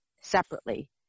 separately